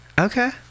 Okay